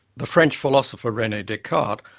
the french philosopher, rene descartes,